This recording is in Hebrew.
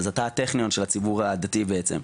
אז אתה הטכניון של הציבור הדתי בעצם?